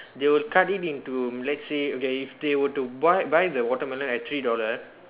they will cut it into let's say okay if they were to buy buy the watermelon at three dollar